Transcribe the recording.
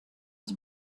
its